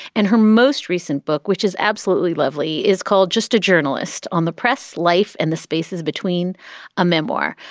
and her most recent book, which is absolutely lovely, is called just a journalist on the press life and the spaces between a memoir.